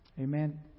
Amen